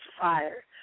fire